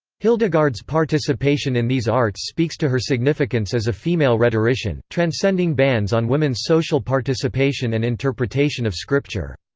hildegard's participation in these arts speaks to her significance as a female rhetorician, transcending bans on women's social participation and interpretation of scripture.